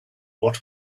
what